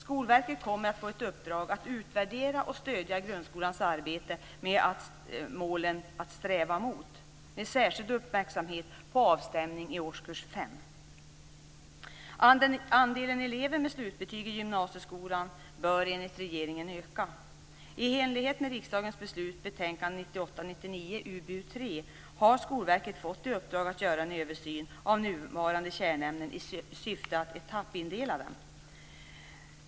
Skolverket kommer att få ett uppdrag att utvärdera och stödja grundskolans arbete med målen att sträva mot med särskild uppmärksamhet på avstämning i årskurs fem. Andelen elever med slutbetyg i gymnasieskolan bör enligt regeringen öka. I enlighet med riksdagens beslut betänkande 1998/99 UbU3 har Skolverket fått i uppdrag att göra en översyn av nuvarande kärnämnen i syfte att etappindela dem.